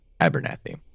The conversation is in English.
Abernathy